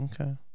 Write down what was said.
Okay